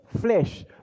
flesh